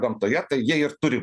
gamtoje tai jie ir turi